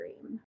dream